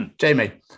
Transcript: Jamie